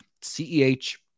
CEH